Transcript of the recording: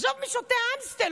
מי שותה אמסטל?